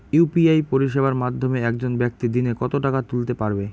UPI পরিষেবার মাধ্যমে একজন ব্যাক্তি দিনে কত টাকা তুলতে পারবে?